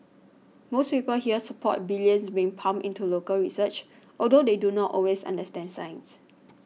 most people here support the billions being pumped into local research although they do not always understand science